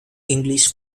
english